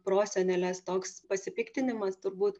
prosenelės toks pasipiktinimas turbūt